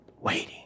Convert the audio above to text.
waiting